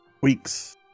weeks